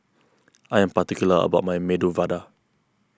I am particular about my Medu Vada